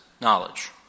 Knowledge